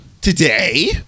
today